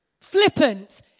flippant